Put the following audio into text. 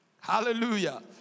Hallelujah